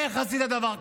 איך עשית דבר כזה?